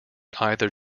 either